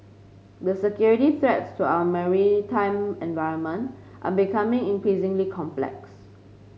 the security threats to our maritime environment are becoming increasingly complex